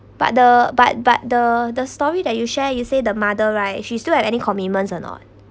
but the but but the the story that you share you say the mother right she still have any commitments or not